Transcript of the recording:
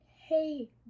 Hey